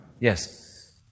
Yes